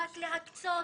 רק להקצות?